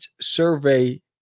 survey